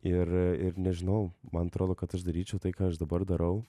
ir ir nežinau man atrodo kad aš daryčiau tai ką aš dabar darau